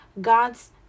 God's